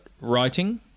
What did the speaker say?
writing